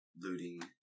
looting